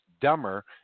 dumber